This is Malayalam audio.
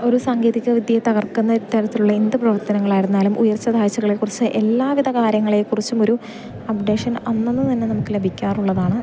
ഒരു സാങ്കേതിക വിദ്യയെ തകർക്കുന്ന തരത്തിലുള്ള എന്ത് പ്രവർത്തനങ്ങൾ ആയിരുന്നാലും ഉയർച്ച താഴ്ച്ചകളെ കുറിച്ച് എല്ലാവിധ കാര്യങ്ങളെ കുറിച്ചും ഒരു അപ്ഡേഷൻ അന്നന്ന് തന്നെ നമുക്ക് ലഭിക്കാറുള്ളതാണ്